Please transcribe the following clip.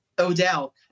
Odell